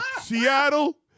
Seattle